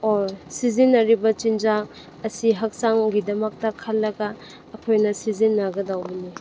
or ꯁꯤꯖꯤꯟꯅꯔꯤꯕ ꯆꯤꯟꯖꯥꯛ ꯑꯁꯤ ꯍꯛꯆꯥꯡꯒꯤꯗꯃꯛꯇ ꯈꯜꯂꯒ ꯑꯩꯈꯣꯏꯅ ꯁꯤꯖꯤꯟꯅꯒꯗꯧꯕꯅꯤ